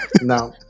No